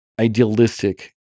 idealistic